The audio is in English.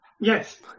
Yes